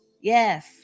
Yes